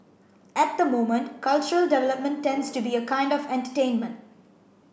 at the moment cultural development tends to be a kind of entertainment